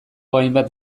hainbat